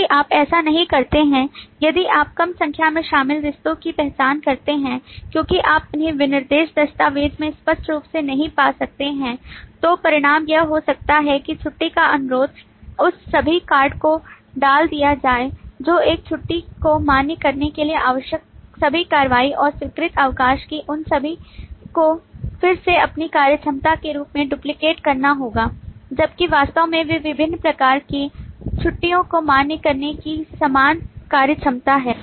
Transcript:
यदि आप ऐसा नहीं करते हैं यदि आप कम संख्या में शामिल रिश्तों की पहचान करते हैं क्योंकि आप उन्हें विनिर्देश दस्तावेज़ में स्पष्ट रूप से नहीं पा सकते हैं तो परिणाम यह हो सकता है कि छुट्टी का अनुरोध उस सभी कॉर्ड को डाल दिया जाए जो एक छुट्टी को मान्य करने के लिए आवश्यक सभी कार्रवाई और स्वीकृत अवकाश को उन सभी को फिर से अपनी कार्यक्षमता के रूप में डुप्लिकेट करना होगा जबकि वास्तव में वे विभिन्न प्रकार के छुट्टियो को मान्य करने की समान कार्यक्षमता हैं